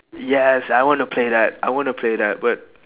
yes I want to play that I want to play that but